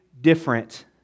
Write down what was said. different